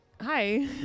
Hi